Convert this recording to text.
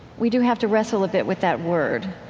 we do have to wrestle a bit with that word.